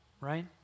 right